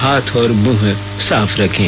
हाथ और मुंह साफ रखें